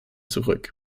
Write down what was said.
zurück